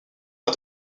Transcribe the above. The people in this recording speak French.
pas